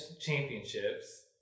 championships